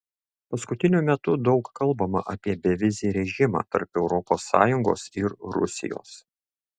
paskutiniu metu daug kalbama apie bevizį režimą tarp europos sąjungos ir rusijos